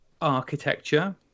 architecture